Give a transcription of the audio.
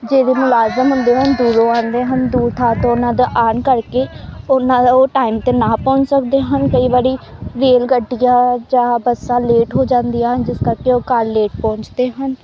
ਜਿਹੜੇ ਮੁਲਾਜ਼ਮ ਹੁੰਦੇ ਹਨ ਦੂਰੋਂ ਆਉਂਦੇ ਹਨ ਦੂਰ ਥਾਂ ਤੋਂ ਉਹਨਾਂ ਦਾ ਆਉਣ ਕਰਕੇ ਉਹਨਾਂ ਦਾ ਉਹ ਟਾਈਮ 'ਤੇ ਨਾ ਪਹੁੰਚ ਸਕਦੇ ਹਨ ਕਈ ਵਾਰੀ ਵੈਲ ਗੱਡੀਆ ਜਾਂ ਬੱਸਾਂ ਲੇਟ ਹੋ ਜਾਂਦੀਆਂ ਹਨ ਜਿਸ ਕਰਕੇ ਉਹ ਘਰ ਲੇਟ ਪਹੁੰਚਦੇ ਹਨ